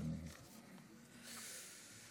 אז אני,